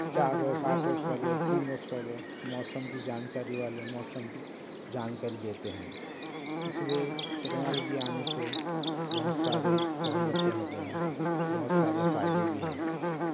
چار روز آٹھ روز پہلے تین روز پہلے موسم کی جانکاری والے موسم کی جانکاری دیتے ہیں اس لئے ٹیکنالوجی آنے سے بہت سارے سہولتیں ہو گئے ہیں بہت سارے فائدے بھی ہے